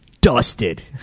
dusted